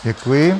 Děkuji.